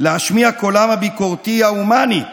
להשמיע את קולם הביקורתי, ההומני,